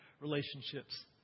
relationships